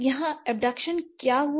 यहाँ क्या अबडकशन हुआ